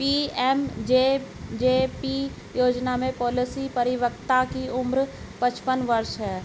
PMJJB योजना में policy परिपक्वता की उम्र पचपन वर्ष है